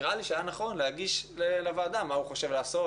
נראה לי שהיה נכון להגיש לוועדה מה הוא חושב לעשות,